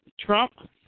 Trump